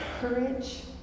courage